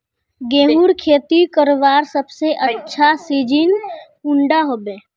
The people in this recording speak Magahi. गेहूँर खेती करवार सबसे अच्छा सिजिन कुंडा होबे?